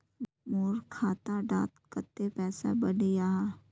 मोर खाता डात कत्ते पैसा बढ़ियाहा?